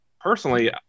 personally